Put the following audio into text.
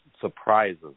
surprises